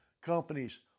companies